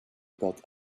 felt